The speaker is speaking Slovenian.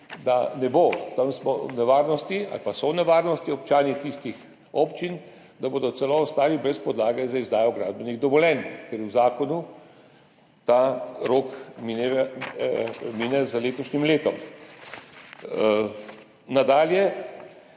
da ne bo. Tam smo v nevarnosti ali pa so v nevarnosti občani tistih občin, da bodo celo ostali brez podlage za izdajo gradbenih dovoljenj, ker po zakonu ta rok mine z letošnjim letom. Nadalje,